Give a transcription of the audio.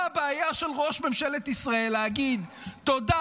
מה הבעיה של ראש ממשלת ישראל להגיד: תודה